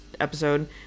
episode